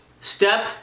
Step